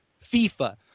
FIFA